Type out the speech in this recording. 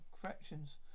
fractions